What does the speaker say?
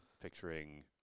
picturing